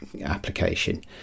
Application